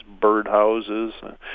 birdhouses